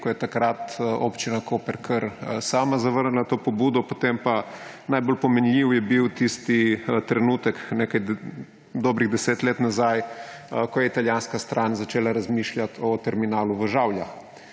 ko je takrat Občina Koper kar sama zavrnila to pobudo. Potem pa je bil najbolj pomenljiv tisti trenutek dobrih 10 let nazaj, ko je italijanska stran začela razmišljati o terminalu v Žavljah.